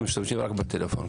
משתמשים רק בפלאפון,